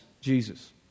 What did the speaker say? Jesus